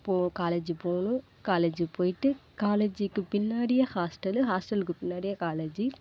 போகணும் காலேஜுக்கு போயிவிட்டு காலேஜுக்கு பின்னாடியே ஹாஸ்ட்டலு ஹாஸ்ட்டலுக்கு பின்னாடியே காலேஜூ